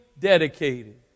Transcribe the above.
dedicated